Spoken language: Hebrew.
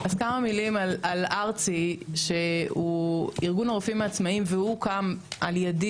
על ארצ"י שהוא ארגון הרופאים העצמאיים והוא גם על ידי